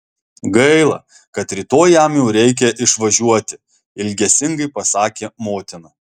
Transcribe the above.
gaila kad rytoj jam jau reikia išvažiuoti ilgesingai pasakė motina